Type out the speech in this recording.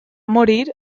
morir